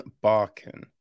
Barkin